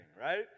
right